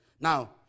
Now